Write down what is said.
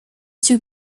too